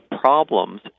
problems